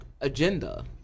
agenda